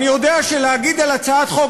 אני יודע שלהגיד על הצעת חוק